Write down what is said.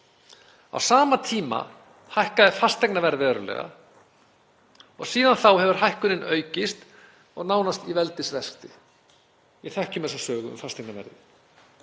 Á sama tíma hækkaði fasteignaverð verulega og síðan þá hefur hækkunin aukist og nánast í veldisvexti. Við þekkjum þessa sögu um fasteignaverðið.